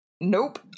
Nope